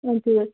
हजुर